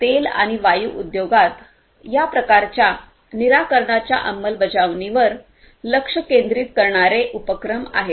तेल आणि वायू उद्योगात या प्रकारच्या निराकरणाच्या अंमलबजावणीवर लक्ष केंद्रित करणारे उपक्रम आहेत